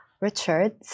Richard